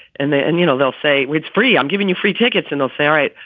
and then, and you know, they'll say it's free. i'm giving you free tickets. and i'll say, right,